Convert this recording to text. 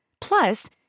Plus